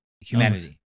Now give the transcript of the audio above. humanity